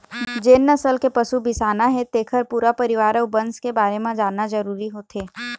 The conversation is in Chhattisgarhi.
जेन नसल के पशु बिसाना हे तेखर पूरा परिवार अउ बंस के बारे म जानना जरूरी होथे